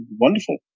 wonderful